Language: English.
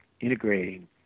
integrating